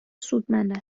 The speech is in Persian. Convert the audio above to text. سودمند